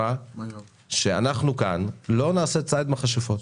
היא אמרה שלא נעשה כאן ציד מכשפות.